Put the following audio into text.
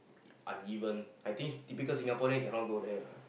uneven I think typical Singaporean cannot go there